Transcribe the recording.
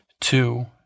Two